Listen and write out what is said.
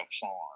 farm